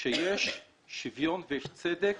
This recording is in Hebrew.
שיש שוויון ויש צדק